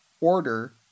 order